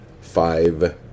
five